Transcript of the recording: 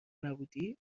نبودی